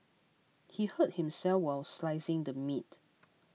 he hurt himself while slicing the meat